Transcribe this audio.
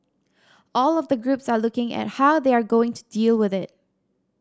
all of the groups are looking at how they are going to deal with it